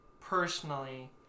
personally